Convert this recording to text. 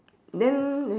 then